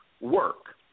work